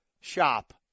shop